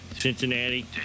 Cincinnati